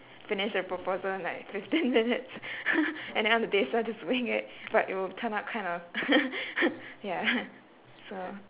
finish the proposal in like fifteen minutes at the end of the day so just wing it but it will turn up kind of ya so